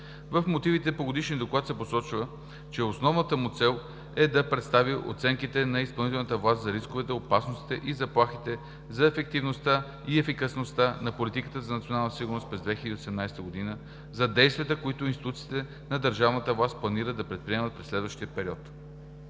В мотивите по Годишния доклад се посочва, че основната му цел е да представи оценките на изпълнителната власт за рисковете, опасностите и заплахите, за ефективността и ефикасността на политиката за национална сигурност през 2018 г, за действията, които институциите на държавната власт планират да предприемат през следващия период.